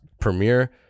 Premiere